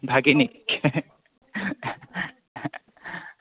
ভাগিনিক